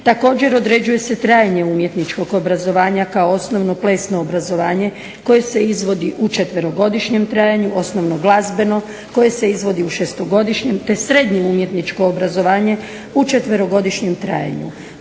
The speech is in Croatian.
Također, određuje se trajanje umjetničkog obrazovanja kao osnovno plesno obrazovanje koje se izvodi u 4-godišnjem trajanju, osnovno glazbeno koje se izvodi u 6-godišnjem te srednje umjetničko obrazovanje u 4-godišnjem trajanju.